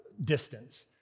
distance